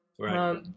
Right